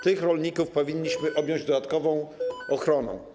Tych rolników powinniśmy objąć dodatkową ochroną.